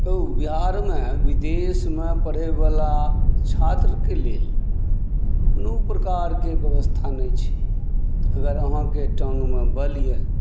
यौ बिहारमे विदेशमे पढ़ैवला छात्रक लेल कोनो प्रकारकेँ व्यवस्था नहि छै अगर अहाँकेँ टाँगमे बल अछि